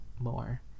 more